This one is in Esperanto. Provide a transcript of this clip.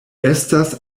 estas